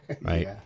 Right